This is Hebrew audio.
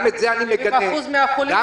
גם את זה אני מגנה -- האחוז של החולים,